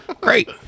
Great